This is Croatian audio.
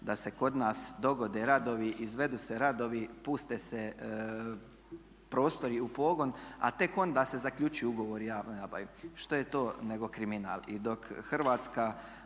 da se kod nas dogode radovi, izvedu se radovi, puste se prostori u pogon a tek onda se zaključuju ugovori o javnoj nabavi. Što je to nego kriminal?